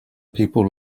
people